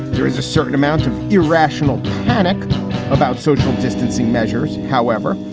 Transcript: there is a certain amount of irrational panic about social distancing measures however,